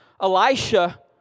Elisha